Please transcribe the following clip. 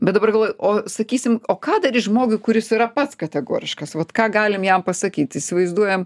bet dabar galvoju o sakysim o ką daryt žmogui kuris yra pats kategoriškas vat ką galim jam pasakyt įsivaizduojam